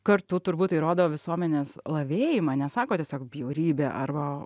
kartu turbūt tai rodo visuomenės lavėjimą nesako tiesiog bjaurybė arba